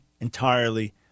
entirely